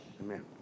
Amen